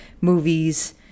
movies